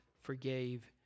forgave